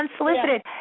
unsolicited